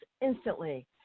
instantly